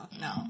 No